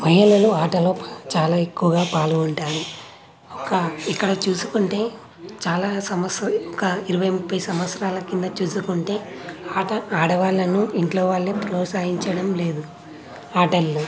మహిళలు ఆటలో చాలా ఎక్కువగా పాల్గొంటారు ఒక ఇక్కడ చూసుకుంటే చాలా సంవత్సరంగా ఇరవై ముప్పై సంవత్సరాల కింద చేసుకుంటే ఆట ఆడవాళ్ళను ఇంట్లో వాళ్ళే ప్రోత్సహించడం లేదు ఆటల్లో